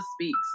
Speaks